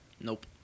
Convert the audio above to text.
Nope